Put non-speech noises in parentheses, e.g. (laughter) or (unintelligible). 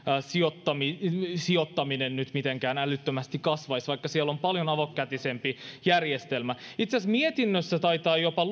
sijoittaminen sijoittaminen nyt mitenkään älyttömästi kasvaisi vaikka siellä on paljon avokätisempi järjestelmä itse asiassa mietinnössä taitaa jopa (unintelligible)